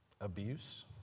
abuse